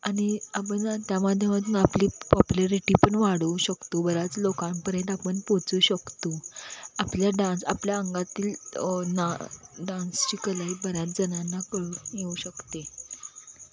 आणि आपण ना त्या माध्यमातनं आपली पॉप्लॅरिटी पण वाढवू शकतो बऱ्याच लोकांपर्यंत आपण पोचू शकतो आपल्या डान्स आपल्या अंगातली ना डान्सची कलाही बऱ्याच जणांना कळून येऊ शकते